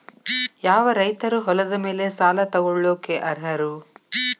ಯಾವ ರೈತರು ಹೊಲದ ಮೇಲೆ ಸಾಲ ತಗೊಳ್ಳೋಕೆ ಅರ್ಹರು?